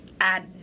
add